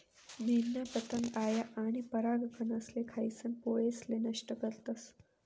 मेनना पतंग आया आनी परागकनेसले खायीसन पोळेसले नष्ट करतस